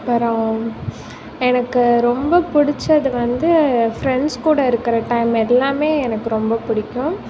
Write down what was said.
அப்புறம் எனக்கு ரொம்ப பிடிச்சது வந்து ஃப்ரெண்ட்ஸ் கூட இருக்கிற டைம் எல்லாமே எனக்கு ரொம்ப பிடிக்கும்